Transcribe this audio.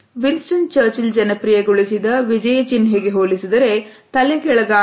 Winston Churchill ಜನಪ್ರಿಯಗೊಳಿಸಿದ ವಿಜಯ ಚಿನ್ಹೆಗೆ ಹೋಲಿಸಿದರೆ ತಲೆಕೆಳಗಾದ ಹಿಂದೆಯೂ ಕೂಡ ಇದೆ